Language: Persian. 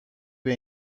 بین